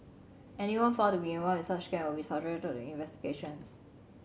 anyone found to be involved in such scams will be subjected to investigations